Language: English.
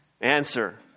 Answer